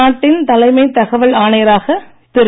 நாட்டின் தலைமை தகவல் ஆணையராக திரு